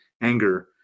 anger